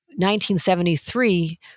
1973